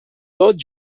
tot